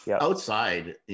outside